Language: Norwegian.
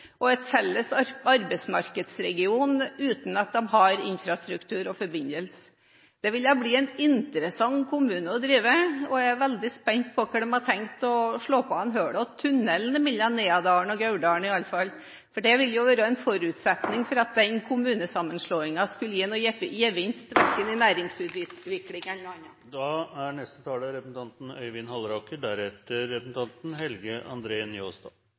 og en felles arbeidsmarkedsregion uten at de har infrastruktur og forbindelse. Det ville blitt en interessant kommune å drive, og jeg er veldig spent på hvor de har tenkt å slå hull og lage tunnel, iallfall mellom Neadalen og Gauldalen, for det ville jo være en forutsetning for at den kommunesammenslåingen skulle gi noen gevinst for næringsutvikling eller